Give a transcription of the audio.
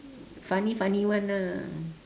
funny funny [one] ah